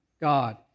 God